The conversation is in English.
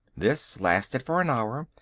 this lasted for an hour.